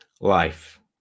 life